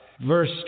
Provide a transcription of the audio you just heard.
verse